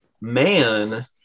man